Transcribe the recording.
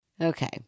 Okay